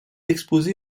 exposée